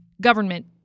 government